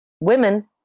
women